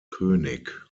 könig